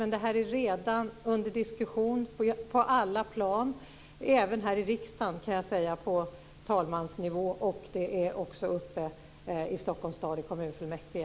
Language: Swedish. Men det här är redan under diskussion på alla plan, även här i riksdagen på talmansnivå, och det är också uppe i Stockholms stad i kommunfullmäktige.